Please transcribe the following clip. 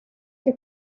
que